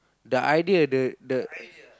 the idea the the